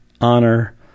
honor